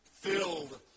filled